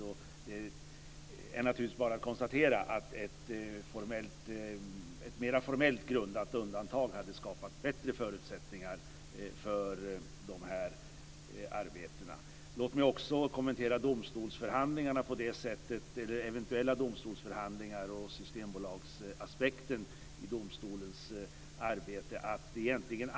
Det är naturligtvis bara att konstatera att ett mer formellt grundat undantag hade skapat bättre förutsättningar för de här arbetena. Låt mig också kommentera de eventuella domstolsförhandlingar och Systembolagsaspekten i domstolens arbete.